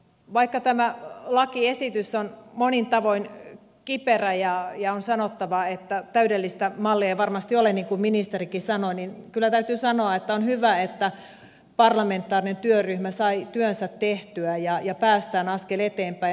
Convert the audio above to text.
vaikka tämä lakiesitys on monin tavoin kiperä ja on sanottava että täydellistä mallia ei varmasti ole niin kuin ministerikin sanoi niin kyllä täytyy sanoa että on hyvä että parlamentaarinen työryhmä sai työnsä tehtyä ja päästään askel eteenpäin